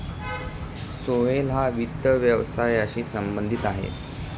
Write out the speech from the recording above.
सोहेल हा वित्त व्यवसायाशी संबंधित आहे